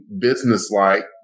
businesslike